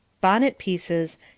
bonnet-pieces